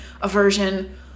aversion